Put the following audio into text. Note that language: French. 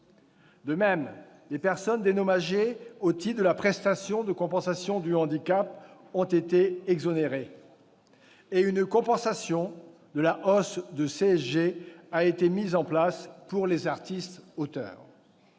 quand les personnes dédommagées au titre de la prestation de compensation du handicap sont exonérées et qu'une compensation de cette hausse de CSG est mise en place pour les artistes auteurs.